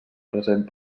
present